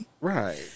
Right